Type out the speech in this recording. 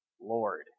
Lord